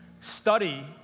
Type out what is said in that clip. study